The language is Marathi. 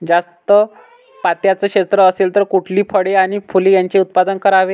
जास्त पात्याचं क्षेत्र असेल तर कुठली फळे आणि फूले यांचे उत्पादन करावे?